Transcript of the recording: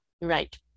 Right